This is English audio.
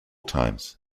times